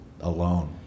alone